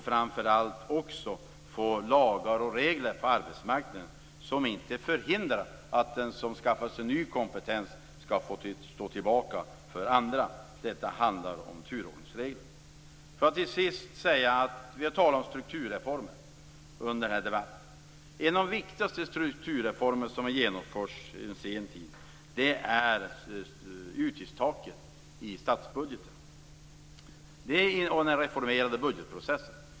Framför allt är det viktigt att vi får lagar och regler på arbetsmarknaden som inte förhindrar att den som skaffar sig ny kompetens får stå tillbaka för andra. Det handlar om turordningsregler. Till sist: Vi har talat om strukturreformer under den här debatten. En av de viktigaste strukturreformer som har genomförts under senare tid är utgiftstaket i statsbudgeten och den reformerade budgetprocessen.